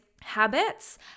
habits